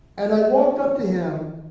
and i walked up to him,